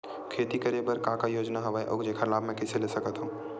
खेती करे बर का का योजना हवय अउ जेखर लाभ मैं कइसे ले सकत हव?